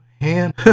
hand